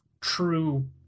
true